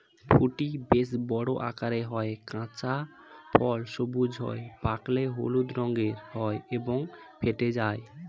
ফুটি বেশ বড় আকারের হয়, কাঁচা ফল সবুজ হয়, পাকলে হলুদ রঙের হয় এবং ফেটে যায়